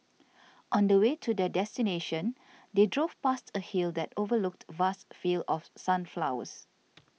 on the way to their destination they drove past a hill that overlooked vast fields of sunflowers